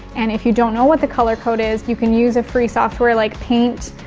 and if you don't know what the color code is you can use a free software like paint.